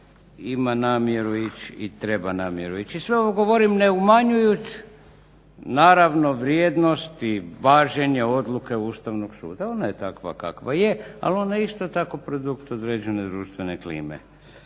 ima namjeru ić i treba namjeru ić. I sve ovo govorim neumanjujuć naravno vrijednost i važenje odluke Ustavnog suda. Ona je takva kakva je, ali ona je isto tako produkt određene društvene klime.